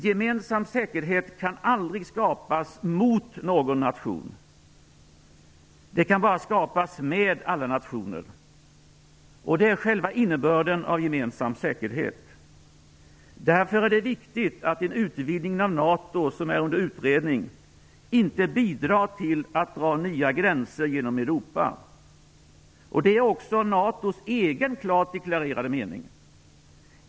Gemensam säkerhet kan aldrig skapas mot någon nation utan den kan bara skapas med alla nationer, och det är själva innebörden av gemensam säkerhet. Därför är det viktigt att vid en utvidgning av NATO, som är under utredning, inte bidra till att dra nya gränser genom Europa. Det är också NATO:s egen klart deklarerade mening.